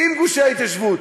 עם גושי ההתיישבות.